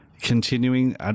Continuing